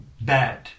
bad